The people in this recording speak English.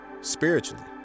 spiritually